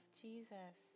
jesus